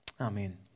Amen